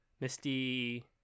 Misty